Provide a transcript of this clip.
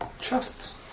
Chests